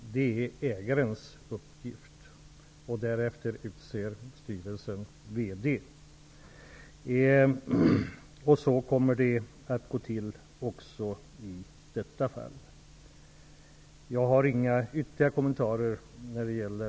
Det är ägarens uppgift att utse styrelse. Styrelsen utser VD. Så kommer det att gå till även i detta fall. Jag har inga ytterligare kommentarer när det gäller